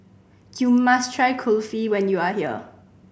you must try Kulfi when you are here